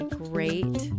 great